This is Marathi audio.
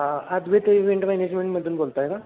अद्वेत इवेंट मॅनेजमेंटमधून बोलत आहे का